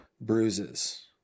bruises